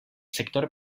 sector